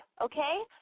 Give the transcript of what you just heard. okay